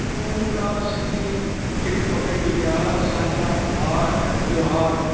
पूरा सिंधी टिड़ी पखिड़िजी विया असांजा वार त्योहार